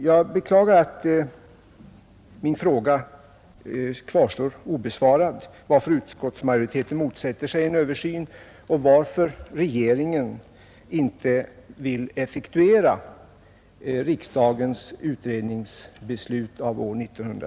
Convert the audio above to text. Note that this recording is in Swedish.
Jag beklagar att min fråga kvarstår obesvarad: Varför motsätter sig utskottsmajoriteten en översyn och varför vill regeringen inte effektuera